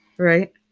Right